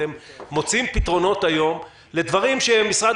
אתם מוצאים פתרונות היום לדברים שמשרד